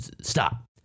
Stop